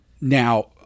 Now